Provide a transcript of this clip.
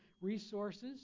resources